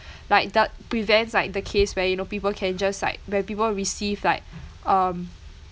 like th~ prevents like the case where you know people can just like when people receive like um